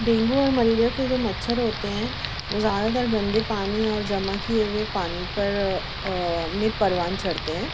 dengue اور malaria کے جو مچھر ہوتے ہیں وہ زیادہ تر گندے پانی اور جمع کیے ہوئے پانی پر میں پروان چڑھتے ہیں